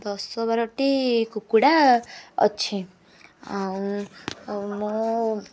ଆଉ ଦଶ ବାରଟି କୁକୁଡ଼ା ଅଛି ଆଉ ଆଉ ମୋ